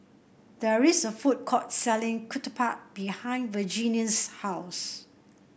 there is a food court selling Ketupat behind Virginia's house